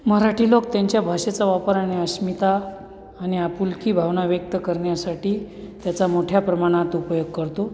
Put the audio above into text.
मराठी लोक त्यांच्या भाषेचा वापर आणि अस्मिता आणि आपुलकी भावना व्यक्त करण्यासाठी त्याचा मोठ्या प्रमाणात उपयोग करतो